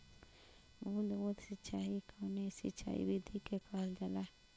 बूंद बूंद सिंचाई कवने सिंचाई विधि के कहल जाला?